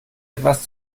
etwas